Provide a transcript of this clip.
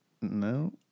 No